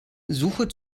suche